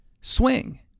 swing